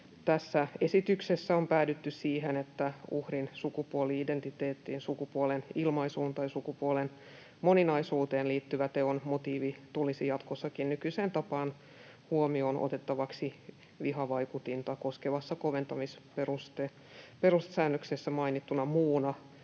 tässä esityksessä on päädytty siihen, että uhrin sukupuoli-identiteettiin, sukupuolen ilmaisuun tai sukupuolen moninaisuuteen liittyvä teon motiivi tulisi jatkossakin nykyiseen tapaan huomioon otettavaksi vihavaikutinta koskevassa koventamisperustesäännöksessä mainittuna muuna